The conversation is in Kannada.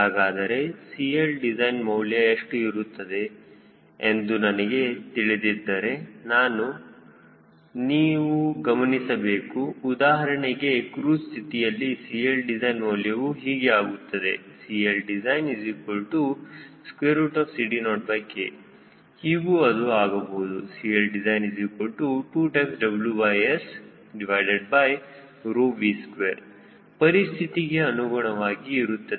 ಹಾಗಾದರೆ CLdesign ಮೌಲ್ಯ ಎಷ್ಟು ಇರುತ್ತದೆ ಎಂದು ನನಗೆ ತಿಳಿದಿದ್ದರೆ ನಾನು ನೀನು ಗಮನಿಸಬೇಕು ಉದಾಹರಣೆಗೆ ಕ್ರೂಜ್ ಸ್ಥಿತಿಯಲ್ಲಿ CLdesign ಮೌಲ್ಯವು ಹೀಗೆ ಆಗುತ್ತದೆ CLdesignCD0k ಹೀಗೂ ಅದು ಆಗಬಹುದು CLdesign2WSV2 ಪರಿಸ್ಥಿತಿಗೆ ಅನುಗುಣವಾಗಿ ಇರುತ್ತದೆ